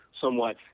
somewhat